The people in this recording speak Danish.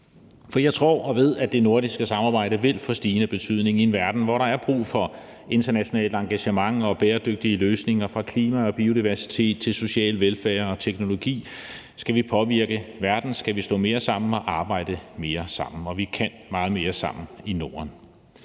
For jeg tror og ved, at det nordiske samarbejde vil få stigende betydning i en verden, hvor der er brug for internationalt engagement og bæredygtige løsninger, fra klima og biodiversitet til social velfærd og teknologi. Hvis vi skal påvirke verden, skal vi stå mere sammen og arbejde mere sammen. Vi kan meget mere sammen i Norden.